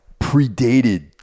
predated